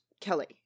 Kelly